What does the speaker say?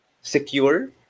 secure